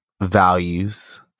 values